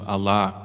Allah